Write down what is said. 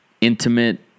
intimate